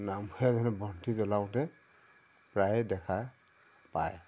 নামঘৰীয়াজনে বন্তি জ্বলাওঁতে প্ৰায়ে দেখা পায়